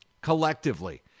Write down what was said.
Collectively